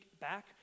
back